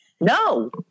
no